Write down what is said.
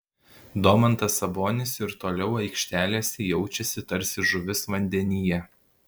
domantas sabonis ir toliau aikštelėse jaučiasi tarsi žuvis vandenyje